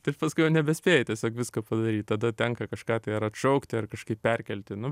tai paskui jau nebespėji tiesiog visko padaryt tada tenka kažką tai ar atšaukti ar kažkaip perkelti nu